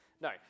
No